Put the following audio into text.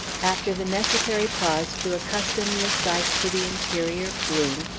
after the necessary pause to accustom the sight to the interior gloom,